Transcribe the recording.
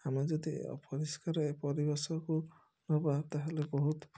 ଆମେ ଯଦି ଅପରିଷ୍କାର ପରିବେଶକୁ ନବା ତାହାଲେ ବହୁତ୍